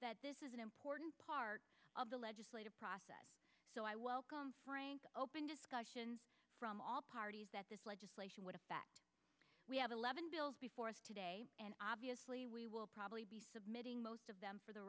but this is an important part of the legislative process so i welcome open discussions from all parties that this legislation would have we have eleven bills before us today and obviously we will probably be submitting most of them for